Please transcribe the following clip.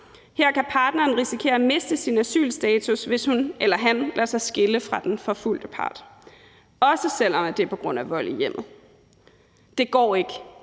Her kan partneren risikere at miste sin asylstatus, hvis hun eller han lader sig skille fra den forfulgte part – også selv om det er på grund af vold i hjemmet. Det går ikke.